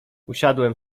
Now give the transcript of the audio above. usiadłem